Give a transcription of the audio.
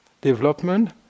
development